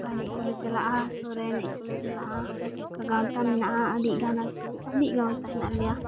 ᱵᱟᱦᱟ ᱮᱱᱮᱡ ᱠᱚᱞᱮ ᱪᱟᱞᱟᱜᱼᱟ ᱥᱚᱦᱚᱨᱟᱭ ᱮᱱᱮᱡᱽ ᱠᱚᱞᱮ ᱪᱟᱞᱟᱜᱼᱟ ᱜᱟᱶᱛᱟ ᱢᱮᱱᱟᱜᱼᱟ ᱟᱹᱰᱤ ᱜᱟᱱ ᱟᱹᱛᱩ ᱟᱹᱰᱤ ᱜᱟᱶᱛᱟ ᱦᱮᱱᱟᱜ ᱞᱮᱭᱟ